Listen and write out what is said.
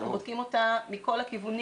אנחנו בודקים אותה מכל הכיוונים.